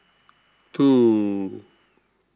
two